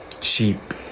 cheap